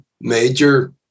major